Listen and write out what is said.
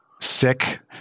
sick